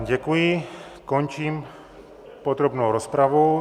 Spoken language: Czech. Děkuji, končím podrobnou rozpravu.